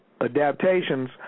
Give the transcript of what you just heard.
adaptations